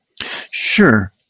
Sure